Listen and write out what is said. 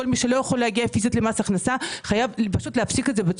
כל מי שלא יכול להגיע פיזית למס הכנסה וחייבים להפסיק את זה.